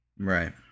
Right